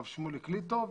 הרב שמוליק ליטוב.